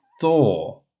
Thor